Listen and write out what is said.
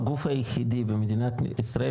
הגוף היחידי במדינת ישראל,